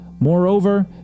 Moreover